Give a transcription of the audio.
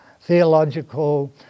theological